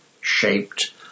shaped